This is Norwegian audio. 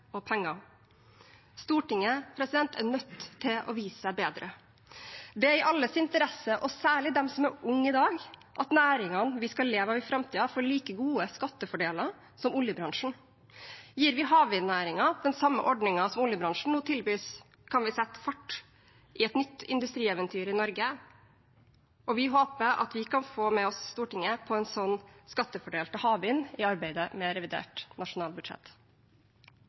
penger. Stortinget er nødt til å vise seg bedre. Det er i alles interesse, og særlig dem som er unge i dag, at næringene vi skal leve av i framtiden, får like gode skattefordeler som oljebransjen. Gir vi havvindnæringen den samme ordningen som oljebransjen nå tilbys, kan vi sette fart i et nytt industrieventyr i Norge, og vi håper at vi kan få med oss Stortinget på en sånn skattefordel til havvind i arbeidet med revidert nasjonalbudsjett.